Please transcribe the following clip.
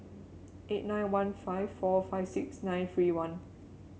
eight nine one five four five six nine three one